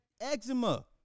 eczema